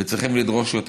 וצריכים לדרוש יותר.